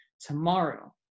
tomorrow